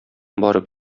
барып